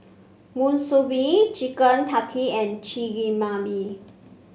Monsunabe Chicken Tikka and Chigenabe